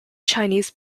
chinese